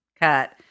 cut